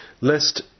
lest